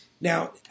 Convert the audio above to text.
Now